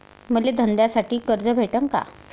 मले धंद्यासाठी कर्ज भेटन का?